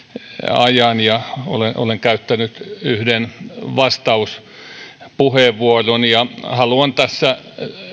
ajan ja olen käyttänyt yhden vastauspuheenvuoron haluan tässä